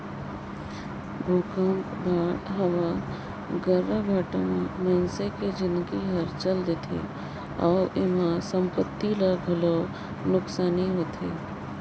भूकंप बाद हवा गर्राघाटा मे मइनसे के जिनगी हर चल देथे अउ एम्हा संपति ल घलो ढेरे नुकसानी होथे